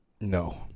No